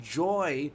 joy